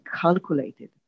calculated